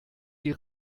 die